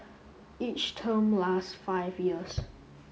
each term lasts five years